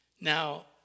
Now